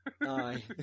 aye